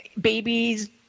babies